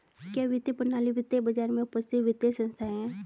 क्या वित्तीय प्रणाली वित्तीय बाजार में उपस्थित वित्तीय संस्थाएं है?